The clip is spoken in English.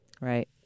Right